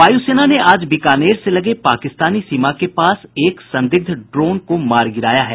वायुसेना ने आज बीकानेर से लगे पाकिस्तानी सीमा के पास एक संदिग्ध ड्रोन को मार गिराया है